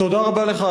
תודה רבה לך.